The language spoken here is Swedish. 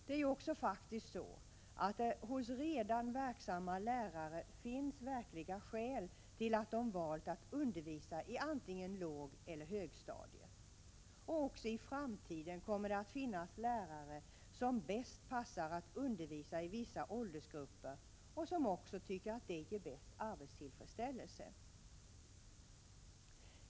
Det är faktiskt så, att det hos redan verksamma lärare finns verkliga skäl till att de valt att undervisa i antingen lågeller högstadiet. Också i framtiden kommer det att finnas lärare som bäst passar att undervisa i vissa åldersgrupper och också tycker att det ger bäst arbetstillfredsställelse.